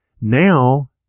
Now